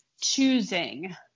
choosing